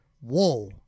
whoa